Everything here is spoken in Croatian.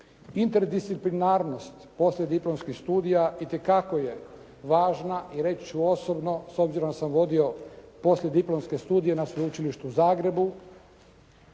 Interdisciplinarnost poslijediplomskih studija itekako je važna i reći ću osobno s obzirom da sam vodio poslijediplomske studije na Sveučilištu u Zagrebu